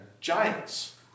giants